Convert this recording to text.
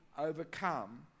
overcome